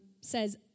says